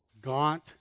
gaunt